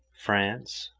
france,